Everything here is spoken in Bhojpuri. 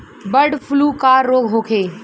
बडॅ फ्लू का रोग होखे?